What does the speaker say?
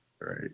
Right